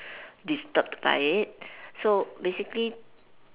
disturbed by it so basically